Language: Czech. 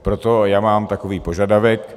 Proto já mám takový požadavek.